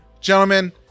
gentlemen